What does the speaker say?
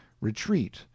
retreat